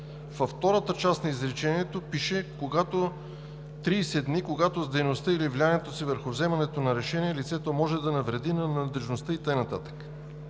Във втората част на изречението пише: „…в срок до 30 дни, когато с дейността или влиянието си върху вземането на решения лицето може да навреди на надеждността…“ и така